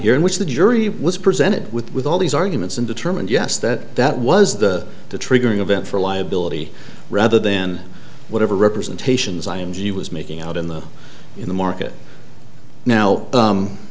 here in which the jury was presented with all these arguments and determined yes that that was the the triggering event for liability rather then whatever representations i m g was making out in the in the market now